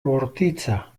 bortitza